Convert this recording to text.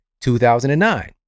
2009